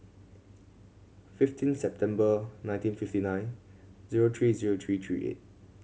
fifteen September nineteen fifty nine zero three zero three three eight